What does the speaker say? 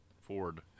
Ford